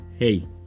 Hey